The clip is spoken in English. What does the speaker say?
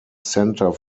centre